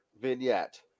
vignette